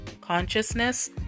consciousness